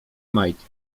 majtki